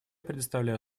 предоставляю